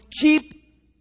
keep